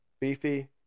beefy